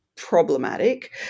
problematic